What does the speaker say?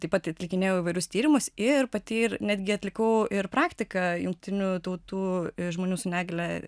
taip pat atlikinėjau įvairius tyrimus ir pati ir netgi atlikau ir praktiką jungtinių tautų žmonių su negalia